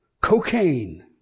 cocaine